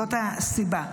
זאת הסיבה.